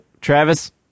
Travis